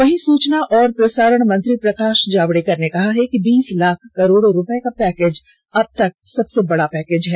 वहीं सूचना और प्रसारण मंत्री प्रकाश जावडेकर ने कहा है कि बीस लाख करोड़ रूपये का पैकेज अब तक सबसे बडा पैकेज है